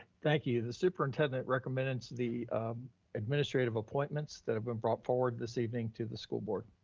thank you. the superintendent recommends the administrative appointments that have been brought forward this evening to the school board.